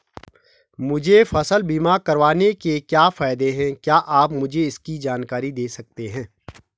मुझे फसल बीमा करवाने के क्या फायदे हैं क्या आप मुझे इसकी जानकारी दें सकते हैं?